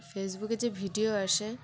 ফেসবুকে যে ভিডিও আসে